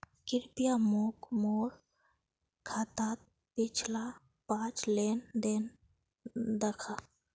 कृप्या मोक मोर खातात पिछला पाँच लेन देन दखा